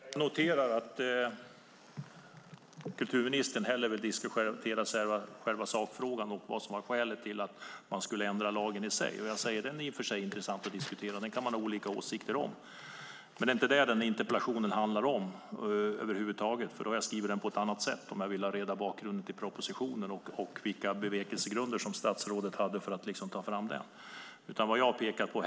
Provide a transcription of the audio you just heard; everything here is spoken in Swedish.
Herr talman! Jag noterar att kulturministern hellre vill diskutera sakfrågan och vad som var skälet till att ändra lagen. Det är intressant att diskutera, och det kan man ha olika åsikter om, men det är inte det interpellationen handlar om. Om jag ville ha reda på bakgrunden till propositionen och vilka bevekelsegrunder som statsrådet hade för den hade jag formulerat interpellationen annorlunda.